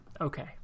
okay